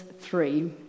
three